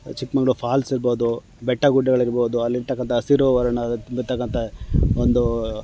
Chikmagalur falls ಇರ್ಬೋದು ಬೆಟ್ಟ ಗುಡ್ಡಗಳಿರ್ಬೋದು ಅಲ್ಲಿರ್ತಕ್ಕಂಥ ಹಸಿರು ವರ್ಣ ಅಲ್ಲಿರತಕ್ಕಂಥ ಒಂದು